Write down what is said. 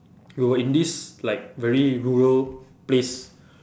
we were in this like very rural place